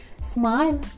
smile